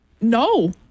No